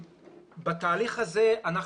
בתהליך הזה אנחנו